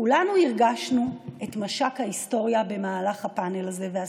כולנו הרגשנו את משק כנפי ההיסטוריה במהלך הפאנל הזה והשיחה.